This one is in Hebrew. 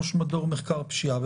ראש מדור מחקר פשיעה במשטרה,